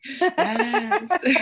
Yes